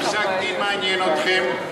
פסק-דין מעניין אתכם?